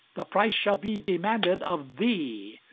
the price shall be demanded of thee,